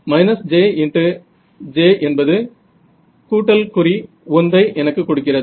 − j × j என்பது 1 ஐ எனக்கு கொடுக்கிறது